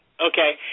Okay